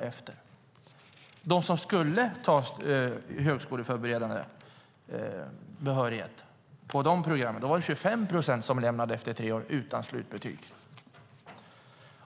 På de program där eleverna skulle ta högskoleförberedande behörighet var det 25 procent som lämnade efter tre år utan slutbetyg.